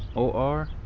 o r,